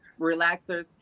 relaxers